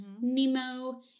Nemo